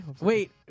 Wait